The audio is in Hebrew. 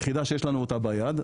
יחידה שיש לנו אותה ביד,